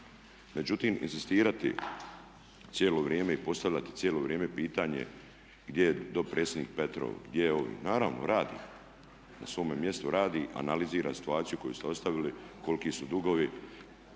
Međutim, inzistirati cijelo vrijeme i postavljati cijelo vrijeme pitanje gdje je dopredsjednik Petrov, gdje je ovi? Naravno radi, na svome mjestu radi i analizira situaciju koju ste ostavili, koliki su dugovi